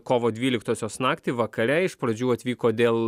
kovo dvyliktosios naktį vakare iš pradžių atvyko dėl